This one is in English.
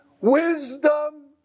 wisdom